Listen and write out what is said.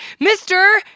Mr